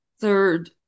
third